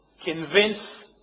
convince